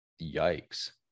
Yikes